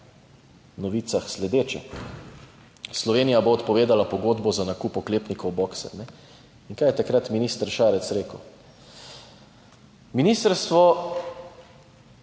v novicah, in sicer: Slovenija bo odpovedala pogodbo za nakup oklepnikov Boxer. In kaj je takrat minister Šarec rekel: "Ministrstvo